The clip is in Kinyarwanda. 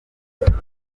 rwanda